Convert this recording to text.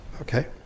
Okay